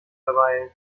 verweilen